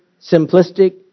simplistic